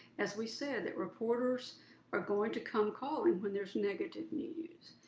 as we said, that reporters are going to come calling when there's negative news.